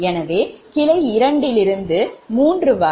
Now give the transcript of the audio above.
எனவே கிளை 2லிருந்து 3 வரை